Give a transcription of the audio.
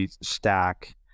stack